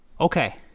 okay